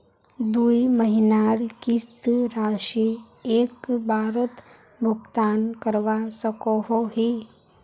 दुई महीनार किस्त राशि एक बारोत भुगतान करवा सकोहो ही?